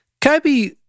Kobe